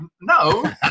no